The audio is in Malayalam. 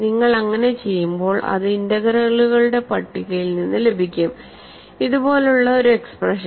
നിങ്ങൾ അങ്ങനെ ചെയ്യുമ്പോൾ ഇത് ഇന്റഗ്രലുകളുടെ പട്ടികയിൽ നിന്ന് ലഭിക്കും ഇതുപോലുള്ള ഒരു എക്സ്പ്രഷൻ